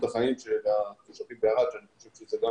החיים של התושבים בערד שאני חושב שזה גם